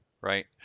right